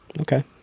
Okay